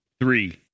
three